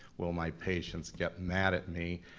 will my patients get mad at me?